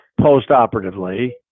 postoperatively